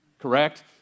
Correct